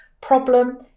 Problem